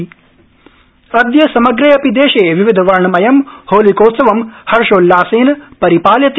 hobby अद्य समग्रे अपि देशे विविधवर्णमयं होलिकोत्सवं हर्षोल्लासेन परिपाल्यते